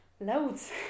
loads